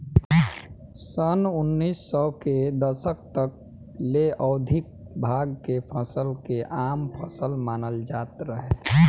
सन उनऽइस सौ के दशक तक ले औधोगिक भांग के फसल के आम फसल मानल जात रहे